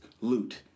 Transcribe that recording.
loot